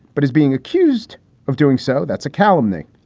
but he's being accused of doing so. that's a calumny.